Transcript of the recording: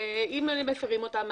שאם מפרים אותם,